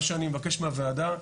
מה שאני מבקש מהוועדה,